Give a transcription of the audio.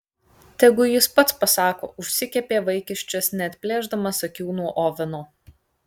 tegu jis pats pasako užsikepė vaikiščias neatplėšdamas akių nuo oveno